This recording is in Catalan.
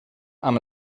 amb